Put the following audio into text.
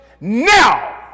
now